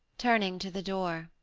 turning to the door.